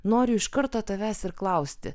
noriu iš karto tavęs ir klausti